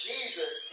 Jesus